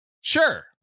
Sure